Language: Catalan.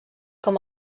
com